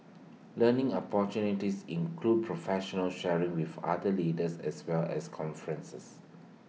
learning opportunities include professional sharing with other leaders as well as conferences